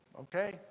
okay